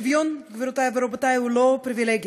שוויון, גבירותי ורבותי, הוא לא פריבילגיה.